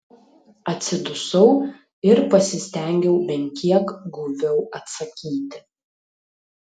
atsidusau ir pasistengiau bent kiek guviau atsakyti